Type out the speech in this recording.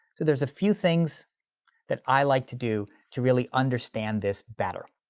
there's a few things that i like to do to really understand this better.